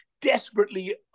desperately